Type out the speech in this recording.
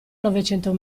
novecento